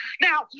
Now